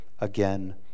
again